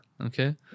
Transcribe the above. Okay